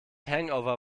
hangover